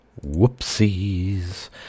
Whoopsies